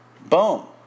Boom